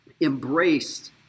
embraced